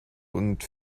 und